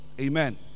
Amen